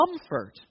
comfort